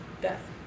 death